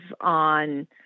on